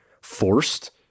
forced